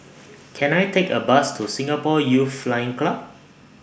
Can I Take A Bus to Singapore Youth Flying Club